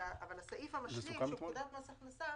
אבל הסעיף המשלים של פקודת מס הכנסה